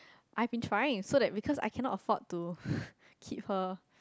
I've been trying so that because I cannot afford to keep her